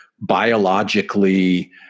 biologically